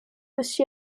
aussi